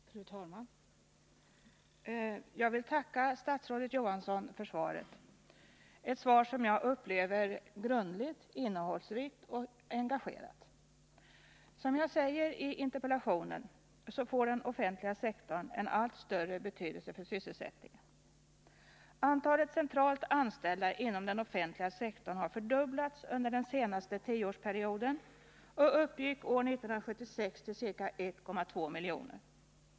Fru talman! Jag vill tacka statsrådet Johansson för svaret, ett svar som jag upplevde som grundligt, innehållsrikt och engagerat. Som jag säger i interpellationen får den offentliga sektorn en allt större betydelse för sysselsättningen. Antalet centralt anställda inom den offentliga sektorn har fördubblats under den senaste tioårsperioden och uppgick år 1976 till ca 1,2 miljoner.